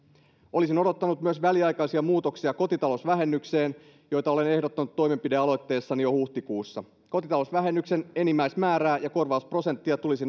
olisin odottanut myös väliaikaisia muutoksia kotitalousvähennykseen joita olen ehdottanut toimenpidealoitteessani jo huhtikuussa kotitalousvähennyksen enimmäismäärää ja korvausprosenttia tulisi